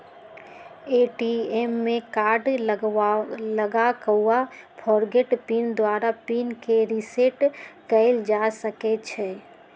ATM में card लगा कऽ फ़ॉरगोट पिन द्वारा पिन के रिसेट कएल जा सकै छै